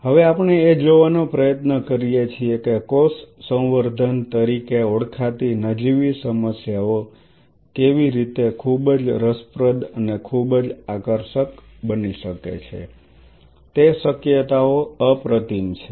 હવે આપણે એ જોવાનો પ્રયત્ન કરીએ છીએ કે કોષ સંવર્ધન તરીકે ઓળખાતી નજીવી સમસ્યાઓ કેવી રીતે ખૂબ જ રસપ્રદ અને ખૂબ જ આકર્ષક બની શકે છે તે શક્યતાઓ અપ્રતિમ છે